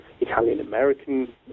Italian-American